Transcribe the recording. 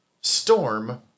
Storm